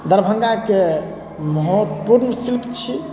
दरभंगाके महत्वपूर्ण शिल्प छी